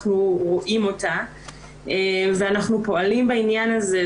אנחנו רואים אותה ואנחנו פועלים בעניין הזה.